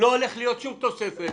ולא הולכת להיות שום תוספת.